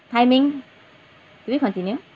timing do we continue